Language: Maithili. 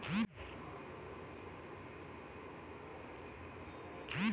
गाछो सिनी के मट्टी मे कखनी लगाबै के चाहि?